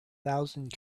thousand